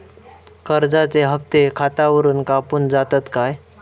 कर्जाचे हप्ते खातावरून कापून जातत काय?